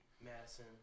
Madison